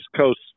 Coast